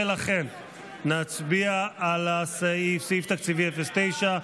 ולכן נצביע על סעיף תקציבי 09,